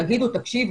הם יגידו: תקשיבו,